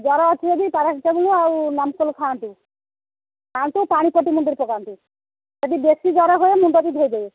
ଜ୍ୱର ଅଛି ଯଦି ପାରାସିଟାମଲ୍ ଆଉ ନାମ୍କୋଲ୍ଡ୍ ଖାଆନ୍ତୁ ଖାଆନ୍ତୁ ପାଣି ପଟି ମୁଣ୍ଡରେ ପକାନ୍ତୁ ଯଦି ବେଶୀ ଜ୍ୱର ହୁଏ ମୁଣ୍ଡ ବି ଧୋଇ ଦେବେ